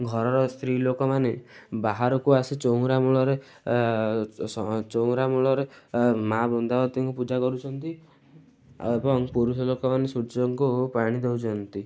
ଘରର ସ୍ତ୍ରୀଲୋକମାନେ ବାହାରକୁ ଆସି ଚଉରାମୂଳରେ ଚଉରାମୂଳରେ ମା' ବୃନ୍ଦାବତୀଙ୍କୁ ପୂଜା କରୁଛନ୍ତି ଏବଂ ପୁରୁଷଲୋକମାନେ ସୂର୍ଯ୍ୟଙ୍କୁ ପାଣି ଦେଉଛନ୍ତି